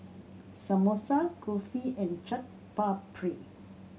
Samosa Kulfi and Chaat Papri